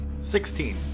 Sixteen